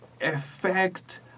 effect